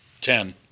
ten